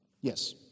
Yes